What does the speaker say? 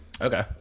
okay